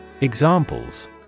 Examples